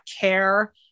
care